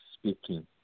Speaking